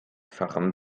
fachem